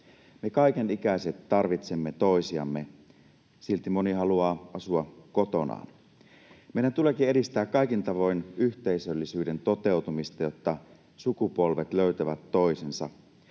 Me kaikenikäiset tarvitsemme toisiamme. Silti moni haluaa asua kotonaan. Meidän tuleekin edistää kaikin tavoin yhteisöllisyyden toteutumista, jotta sukupolvet löytävät toisensa.